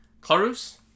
Clarus